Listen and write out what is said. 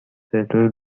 settled